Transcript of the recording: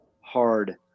hard